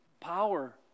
power